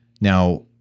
Now